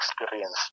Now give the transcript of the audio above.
experience